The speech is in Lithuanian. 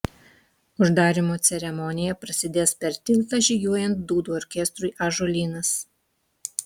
uždarymo ceremonija prasidės per tiltą žygiuojant dūdų orkestrui ąžuolynas